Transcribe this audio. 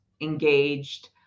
engaged